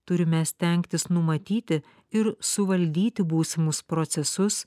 turime stengtis numatyti ir suvaldyti būsimus procesus